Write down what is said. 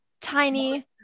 tiny